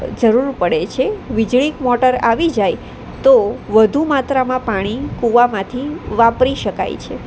જરૂર પડે છે વીજળીક મોટર આવી જાય તો વધુ માત્રામાં પાણી કૂવામાંથી વાપરી શકાય છે